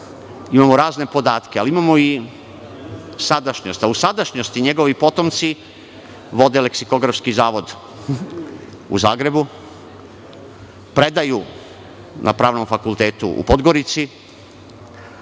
imamo razne podatke, ali imamo i sadašnjost. U sadašnjosti njegovi potomci vode Leksikografski zavod u Zagrebu, predaju na Pravnom fakultetu u Podgorici,